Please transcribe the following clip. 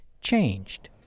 changed